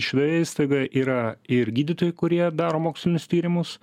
šitoje įstaigoje yra ir gydytojai kurie daro mokslinius tyrimus